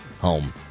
home